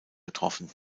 getroffen